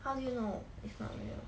how do you know is not real